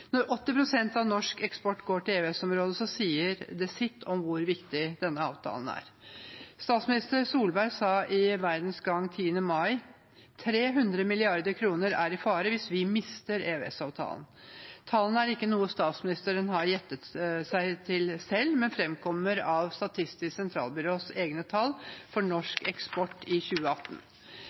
Når 80 pst. av norsk eksport går til EØS-området, sier det sitt om hvor viktig denne avtalen er. Statsminister Solberg sa i Verdens Gang 10. mai at «300 milliarder er i fare» hvis vi mister EØS-avtalen. Tallene er ikke noe statsministeren har gjettet seg til selv, de framkommer av Statistisk sentralbyrås egne tall for norsk eksport i 2018.